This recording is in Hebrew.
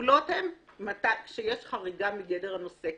הגבולות הם כשיש חריגה מגדר הנושא.